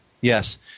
Yes